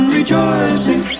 rejoicing